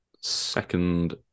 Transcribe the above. second